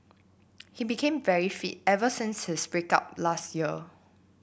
he became very fit ever since his break up last year